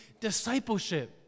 discipleship